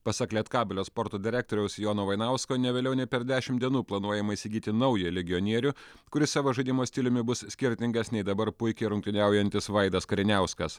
pasak lietkabelio sporto direktoriaus jono vainausko ne vėliau nei per dešim dienų planuojama įsigyti naują legionierių kuris savo žaidimo stiliumi bus skirtingas nei dabar puikiai rungtyniaujantis vaidas kariniauskas